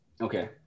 Okay